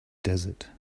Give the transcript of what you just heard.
desert